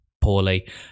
poorly